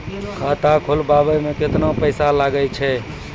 खाता खोलबाबय मे केतना पैसा लगे छै?